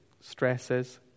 stresses